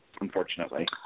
unfortunately